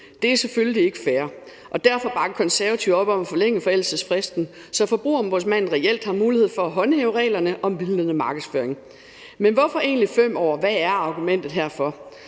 Det er selvfølgelig ikke fair, og derfor bakker Konservative op om at forlænge forældelsesfristen, så Forbrugerombudsmanden reelt har mulighed for at håndhæve reglerne om vildledende markedsføring. Men hvorfor egentlig til 5 år? Hvad er argumentet herfor?